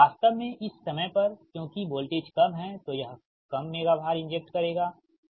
वास्तव में इस समय पर क्योंकि वोल्टेज कम है तो यह कम मेगा VAR इंजेक्ट करेगा है